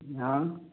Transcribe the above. हाँ